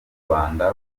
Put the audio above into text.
rwanda